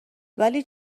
ولی